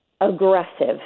aggressive